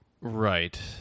Right